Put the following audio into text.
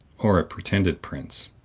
or a pretended prince,